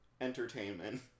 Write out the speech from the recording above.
entertainment